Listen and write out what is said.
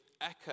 echo